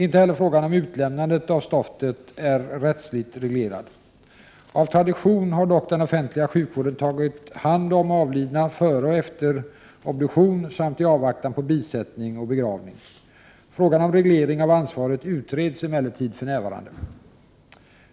Inte heller frågan om utlämnandet av stoftet är rättsligt reglerad. Av tradition har dock den offentliga sjukvården tagit hand om avlidna före och efter obduktion samt i avvaktan på bisättning och begravning. Frågan om reglering av ansvaret 57 utreds emellertid för närvarande.